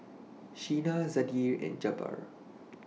Sheena Zadie and Jabbar